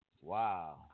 Wow